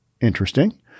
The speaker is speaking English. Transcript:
interesting